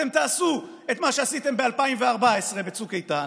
אתם תעשו את מה שעשיתם ב-2014 בצוק איתן,